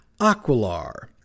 Aquilar